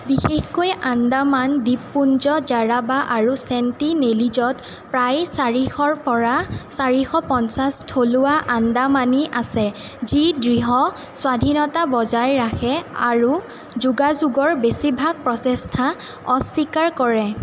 বিশেষকৈ আন্দামান দ্বীপপুঞ্জ জাৰাবা আৰু চেণ্টিনেলিজত প্ৰায় চাৰিশৰ পৰা চাৰিশ পঞ্চাছ থলুৱা আন্দামানী আছে যি দৃঢ় স্বাধীনতা বজাই ৰাখে আৰু যোগাযোগৰ বেছিভাগ প্ৰচেষ্টা অস্বীকাৰ কৰে